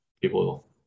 people